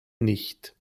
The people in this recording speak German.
nicht